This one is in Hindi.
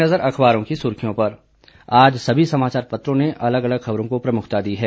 नज़र अखबारों की सुर्खियों पर आज सभी समाचार पत्रों ने अलग अलग खबरों को प्रमुखता दी है